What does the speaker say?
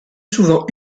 souvent